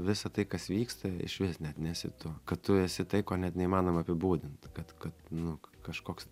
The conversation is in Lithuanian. visa tai kas vyksta išvis net nesi tu kad tu esi tai ko net neįmanoma apibūdint kad kad nu kažkoks